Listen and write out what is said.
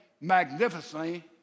magnificently